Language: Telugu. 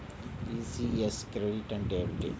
ఈ.సి.యస్ క్రెడిట్ అంటే ఏమిటి?